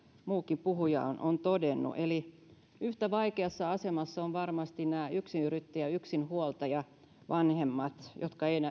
muukin puhuja on on todennut eli yhtä vaikeassa asemassa ovat varmasti nämä yksinyrittäjä yksinhuoltajavanhemmat jotka eivät